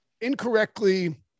incorrectly